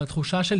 אבל התחושה של